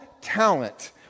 talent